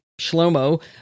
Shlomo